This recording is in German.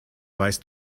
weißt